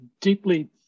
deeply